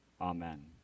Amen